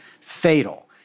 fatal